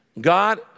God